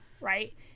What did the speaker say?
right